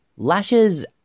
Lashes